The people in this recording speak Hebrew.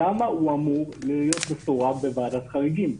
למה הוא אמור להיות מסורב בוועדת חריגים?